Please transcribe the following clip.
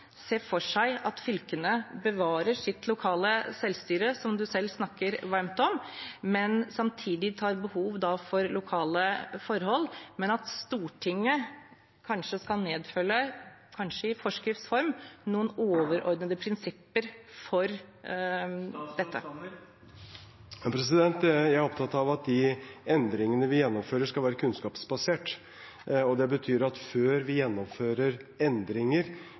for seg at fylkene bevarer sitt lokale selvstyre, som han selv snakker varmt om, men samtidig ivaretar de lokale behovene, men at Stortinget nedfeller, kanskje i forskrifts form, noen overordnede prinsipper for dette? Jeg er opptatt av at de endringene vi gjennomfører, skal være kunnskapsbasert. Det betyr at før vi gjennomfører endringer,